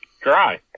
Dry